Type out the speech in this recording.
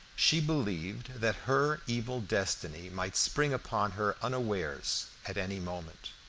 she believed that her evil destiny might spring upon her unawares at any moment,